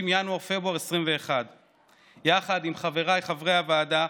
ינואר-פברואר 2021. יחד עם חבריי חברי הוועדה,